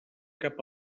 cap